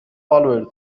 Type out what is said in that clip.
followers